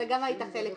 אתה גם היית חלק מזה,